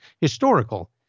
historical